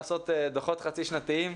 לעשות דוחות חצי שנתיים,